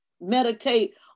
Meditate